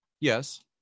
Yes